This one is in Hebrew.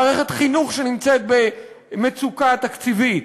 מערכת חינוך שנמצאת במצוקה תקציבית,